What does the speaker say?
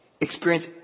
Experience